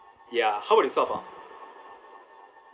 ya how about yourself ah